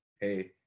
hey